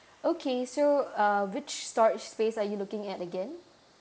okay so uh which storage space are you looking at again